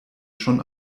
schon